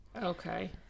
Okay